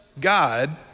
God